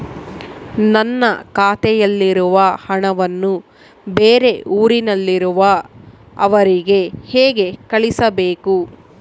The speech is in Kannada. ನನ್ನ ಖಾತೆಯಲ್ಲಿರುವ ಹಣವನ್ನು ಬೇರೆ ಊರಿನಲ್ಲಿರುವ ಅವರಿಗೆ ಹೇಗೆ ಕಳಿಸಬೇಕು?